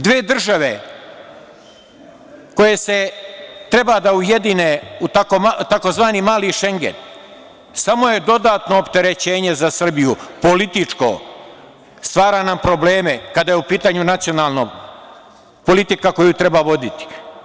Dve države koje se treba da ujedine u takozvani mali Šengen samo je dodatno opterećenje za Srbiju, političko, stvara nam probleme kada je u pitanju nacionalna politika koju treba voditi.